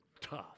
tough